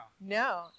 No